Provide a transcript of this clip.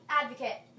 advocate